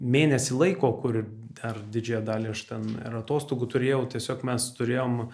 mėnesį laiko kur dar didžiąją dalį aš ten ir atostogų turėjau tiesiog mes turėjom